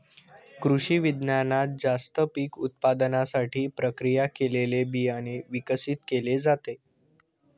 कृषिविज्ञानात जास्त पीक उत्पादनासाठी प्रक्रिया केलेले बियाणे विकसित केले जाते